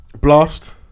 Blast